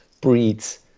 breeds